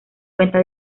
cuenta